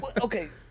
Okay